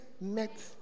met